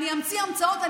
אני אמציא המצאות,